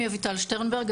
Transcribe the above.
שמי אביטל שטרנברג,